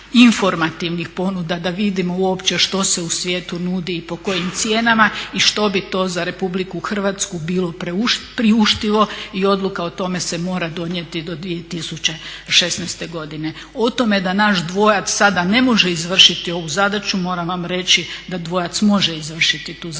da vidimo uopće što se u svijetu nudi i po kojim cijenama i što bi to za Republiku Hrvatsku bilo priuštilo. I odluka o tome se mora donijeti do 2016. godine. O tome da nas dvojac sada ne može izvršiti ovu zadaću moram vam reći da dvojac može izvršiti tu zadaću.